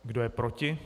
Kdo je proti?